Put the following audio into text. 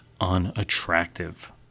unattractive